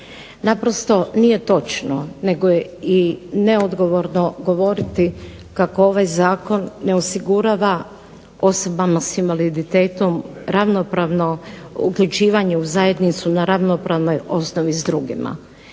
naprosto nije točno nego je i neodgovorno govoriti kako ovaj zakon ne osigurava osobama s invaliditetom ravnopravno uključivanje u zajednicu na ravnopravnoj osnovi s drugima.